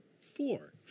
four